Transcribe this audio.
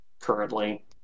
currently